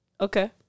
okay